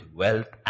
wealth